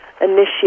initiate